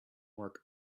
work